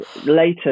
later